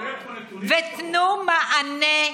אדוני השר,